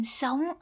sống